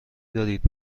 دارید